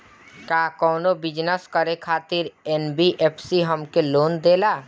का कौनो बिजनस करे खातिर एन.बी.एफ.सी हमके लोन देला?